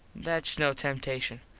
thats no temtashun.